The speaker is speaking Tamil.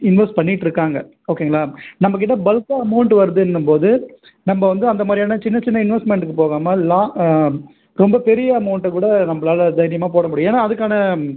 இன்வெஸ்ட் பண்ணிட்டுருக்காங்க ஓகேங்களா நம்பக்கிட்ட பல்க்காக அமௌண்ட் வருதுன்னும் போது நம்ப வந்து அந்த மாதிரியான சின்ன சின்ன இன்வெஸ்ட்மெண்ட்டுக்கு போகாமல் லாங் ரொம்ப பெரிய அமௌண்ட்டை கூட நம்பளால் தைரியமாக போட முடியும் ஏன்னா அதுக்கான